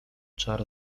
czar